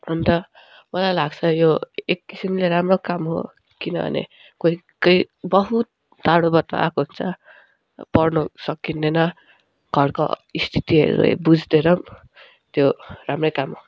अन्त मलाई लाग्छ यो एक किसिमले राम्रो काम हो किनभने कोही कोही बहुत टाढोबाट आएको हुन्छ पढ्नु सकिँदैन घरको स्थितिहरू बुझ्देर पनि त्यो राम्रै काम हो